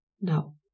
No